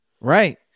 Right